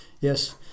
Yes